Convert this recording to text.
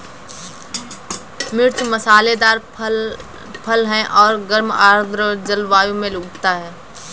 मिर्च मसालेदार फल है और गर्म आर्द्र जलवायु में उगता है